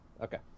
Okay